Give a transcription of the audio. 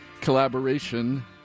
collaboration